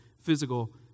physical